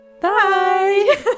bye